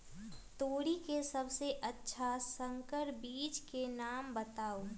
तोरी के सबसे अच्छा संकर बीज के नाम बताऊ?